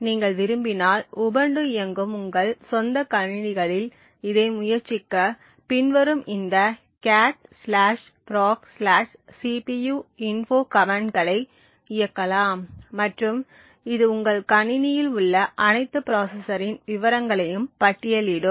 நீங்கள் விரும்பினால் உபுண்டு இயங்கும் உங்கள் சொந்த கணினியில் இதை முயற்சிக்க பின்வரும் இந்த cat proc cpuinfo கமெண்ட்களை இயக்கலாம் மற்றும் இது உங்கள் கணிணியில் உள்ள அனைத்து ப்ராசசரின் விவரங்களையும் பட்டியலிடும்